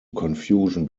confusion